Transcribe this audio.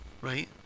Right